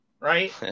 right